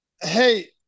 Hey